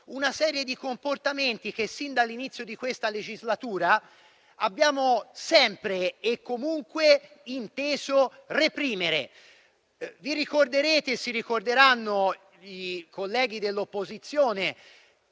Una serie di comportamenti che, sin dall'inizio di questa legislatura, abbiamo sempre e comunque inteso reprimere. Si ricorderanno i colleghi dell'opposizione